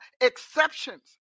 exceptions